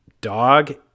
dog